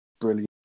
brilliant